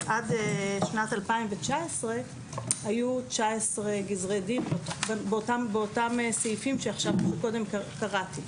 עד שנת 2019 היו 19 גזרי דין באותם סעיפים שקודם קראתי.